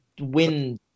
win